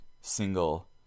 single